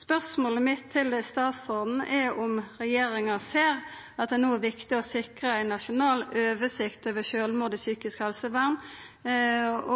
Spørsmålet mitt til statsråden er om regjeringa ser at det no er viktig å sikra ein nasjonal oversikt over sjølvmord i psykisk helsevern,